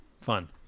Fun